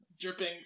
Dripping